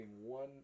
one